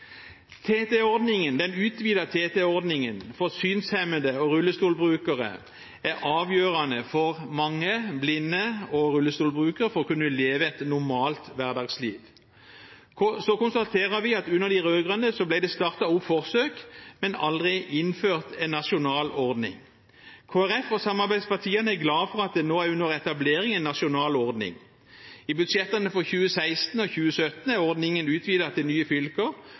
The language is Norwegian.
langsiktig. Den utvidede TT-ordningen for synshemmede og rullestolbrukere er avgjørende for at mange blinde og rullestolbrukere skal kunne leve et normalt hverdagsliv. Vi konstaterer at under de rød-grønne ble det startet opp forsøk, men aldri innført en nasjonal ordning. Kristelig Folkeparti og samarbeidspartiene er glad for at en nasjonal ordning nå er under etablering. I budsjettene for 2016 og 2017 er ordningen utvidet til nye fylker,